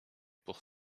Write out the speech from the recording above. pour